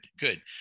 good